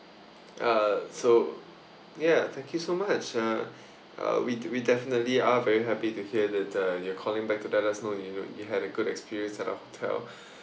uh so ya thank you so much uh uh we we definitely are very happy to hear that uh you're calling back to let us know you you had a good experience at our hotel